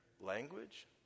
language